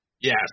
Yes